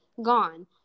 Gone